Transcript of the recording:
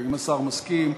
אם השר מסכים,